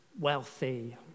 wealthy